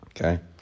Okay